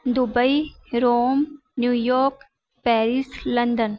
Dubai Rome New York Paris London